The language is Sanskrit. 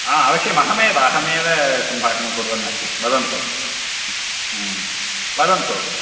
आ अवश्यम् अहमेव अहमेव सम्भाषणं कुर्वन् अस्मि वदन्तु वदन्तु